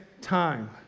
time